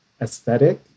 aesthetic